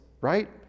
right